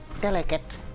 delicate